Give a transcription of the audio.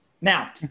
Now